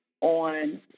on